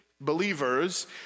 believers